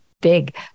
big